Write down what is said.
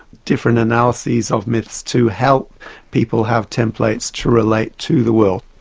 different analyses of myths to help people have templates to relate to the world.